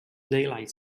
daylight